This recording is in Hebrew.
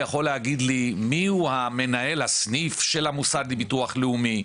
יכול להגיד לי מיהו מנהל הסניף של המוסד לביטוח לאומי.